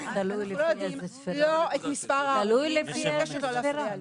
לא את מספר ההרוגים --- תלוי לפי איזה ספירה.